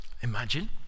Imagine